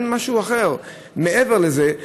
אין משהו אחר מעבר לזה.